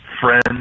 friend